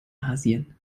asien